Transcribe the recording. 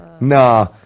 Nah